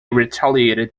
retaliated